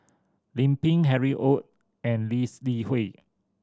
Lim Pin Harry Ord and Lee's Li Hui